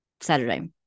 Saturday